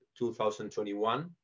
2021